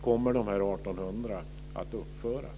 Kommer de 1 800 vindkraftverken att uppföras?